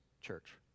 church